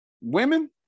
Women